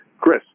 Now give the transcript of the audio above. Chris